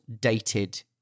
dated